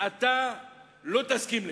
אתה לא תסכים לכך,